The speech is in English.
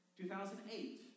2008